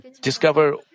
discover